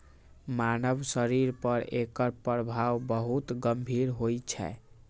मानव शरीर पर एकर प्रभाव बहुत गंभीर होइ छै